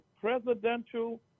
presidential